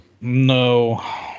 No